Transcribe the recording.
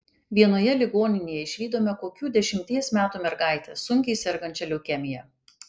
vienoje ligoninėje išvydome kokių dešimties metų mergaitę sunkiai sergančią leukemija